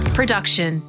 Production